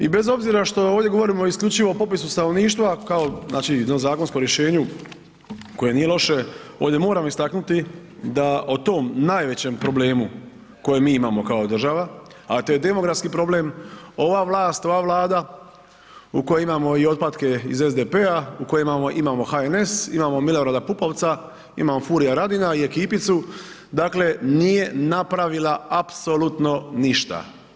I bez obzira što ovdje govorimo isključivo o popisu stanovništva kao znači jednom zakonskom rješenju koje nije loše, ovdje moram istaknuti da o tom najvećem problemu koji mi imamo kao država, a to je demografski problem, ova vlast, ova Vlada u kojoj imamo i otpatke iz SDP-a, u kojoj imamo, imamo HNS, imamo Milorada Pupovca, imamo Furia Radina i ekipicu, dakle nije napravila apsolutno ništa.